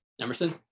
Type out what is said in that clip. Emerson